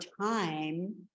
time